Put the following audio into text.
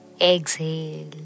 exhale